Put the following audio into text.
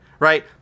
Right